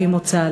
לפי מוצא,